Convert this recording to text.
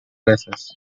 basis